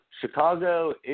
Chicago